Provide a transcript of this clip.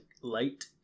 light